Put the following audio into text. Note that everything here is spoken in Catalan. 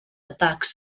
atacs